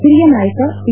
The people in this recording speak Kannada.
ಹಿರಿಯ ನಾಯಕ ಪಿ